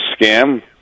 scam